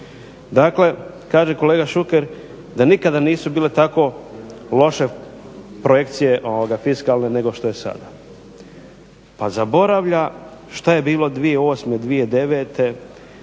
Dakle, kaže kolega Šuker da nikada nisu bile tako loše projekcije fiskalne nego što je sada. Pa zaboravlja što je bilo 2008., 2009.